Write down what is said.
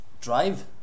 Drive